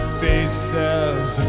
faces